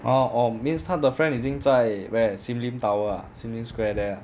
!huh! orh means 他的 friend 已经在 where sim lim tower sim lim square there